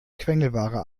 quengelware